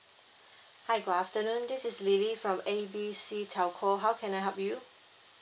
hi good afternoon this is lily from A B C telco how can I help you